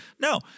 No